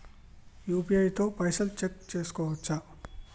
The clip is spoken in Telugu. యూ.పీ.ఐ తో పైసల్ చెక్ చేసుకోవచ్చా?